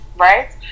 right